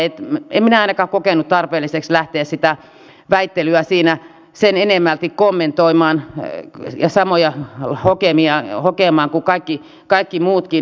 en minä ainakaan kokenut tarpeelliseksi lähteä sitä väittelyä siinä sen enemmälti kommentoimaan ja samoja hokemaan kuin kaikki muutkin